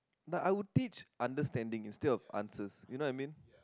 like I would teach understanding instead of answers you know what I mean